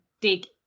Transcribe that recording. dig